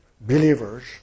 believers